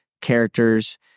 characters